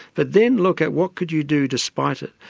but then look at what could you do despite it,